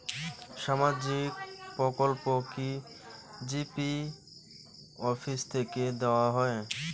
সামাজিক প্রকল্প কি জি.পি অফিস থেকে দেওয়া হয়?